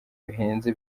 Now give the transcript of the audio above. bihenze